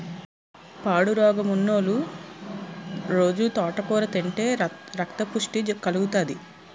పాండురోగమున్నోలు రొజూ తోటకూర తింతే రక్తపుష్టి కలుగుతాది